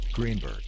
Greenberg